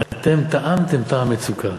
אתם טעמתם את המצוקה,